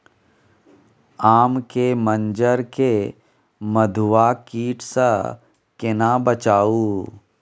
आम के मंजर के मधुआ कीट स केना बचाऊ?